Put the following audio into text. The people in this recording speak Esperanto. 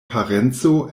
parenco